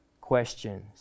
questions